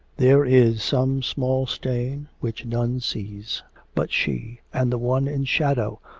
there is some small stain which none sees but she and the one in shadow,